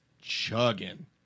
chugging